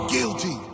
Guilty